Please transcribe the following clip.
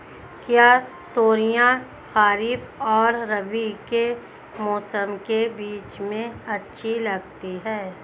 क्या तोरियां खरीफ और रबी के मौसम के बीच में अच्छी उगती हैं?